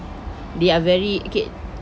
they are very okay